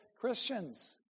Christians